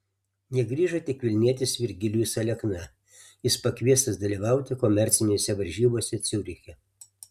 negrįžo tik vilnietis virgilijus alekna jis pakviestas dalyvauti komercinėse varžybose ciuriche